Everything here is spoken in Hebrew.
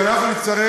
אם אנחנו נצטרף,